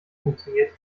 funktioniert